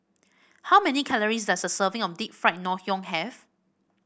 how many calories does a serving of Deep Fried Ngoh Hiang have